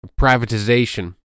privatization